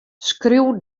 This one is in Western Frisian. skriuw